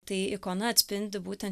tai ikona atspindi būtent